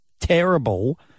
terrible